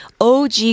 OG